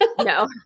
No